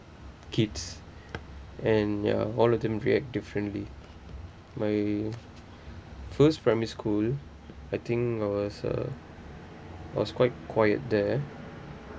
kids and ya all of them react differently my first primary school I think I was uh I was quite quiet there